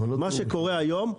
מה שקורה היום,